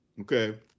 okay